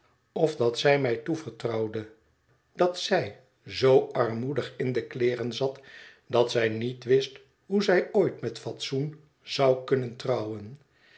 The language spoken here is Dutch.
of dat zij mij toevertrouwde dat zij zoo armoedig in de kleeren zat dat zij niet wist hoe zij ooit met fatsoen zou kunnen trouwen